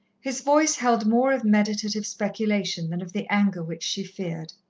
his voice held more of meditative speculation than of the anger which she feared.